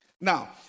Now